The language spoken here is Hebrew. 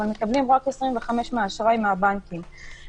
אבל מקבלים רק ה25% מהאשראי העסקי של הבנקים בארץ.